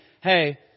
hey